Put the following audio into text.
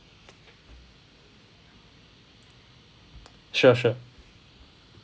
sure sure